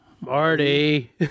Marty